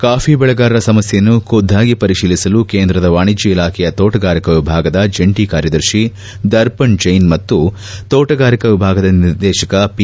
coffee ದೆಳೆಗಾರರ ಸಮಸ್ಯೆಯನ್ನು ಖುದ್ದಾಗಿ ಪರಿತೀಲಿಸಲು ಕೇಂದ್ರದ ವಾಣಿಜ್ಞ ಇಲಾಖೆಯ ತೋಟಗಾರಿಕಾ ಎಭಾಗದ ಜಂಟಿ ಕಾರ್ಯದರ್ಶಿ ದರ್ಪಣ್ ಜೈನ್ ಮತ್ತು ತೋಟಗಾರಿಕಾ ವಿಭಾಗದ ನಿರ್ದೇಶಕ ಪಿ